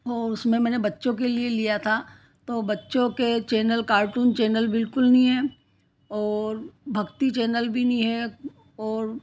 और उसमें मैंने बच्चों के लिए लिया था तो बच्चों के चेनल कार्टून चेनल बिल्कुल नहीं हैं ओर भक्ति चेनल भी नहीं हैं और